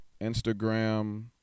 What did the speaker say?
Instagram